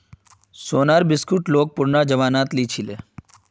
सोनार बिस्कुट लोग पुरना जमानात लीछीले